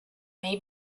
may